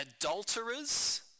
adulterers